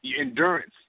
Endurance